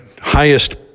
highest